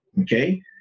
Okay